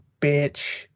bitch